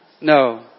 No